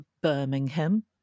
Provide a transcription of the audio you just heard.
Birmingham